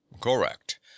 correct